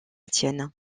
étienne